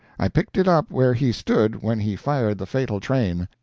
i picked it up where he stood when he fired the fatal train.